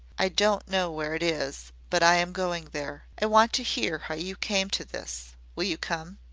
i don't know where it is, but i am going there. i want to hear how you came to this. will you come?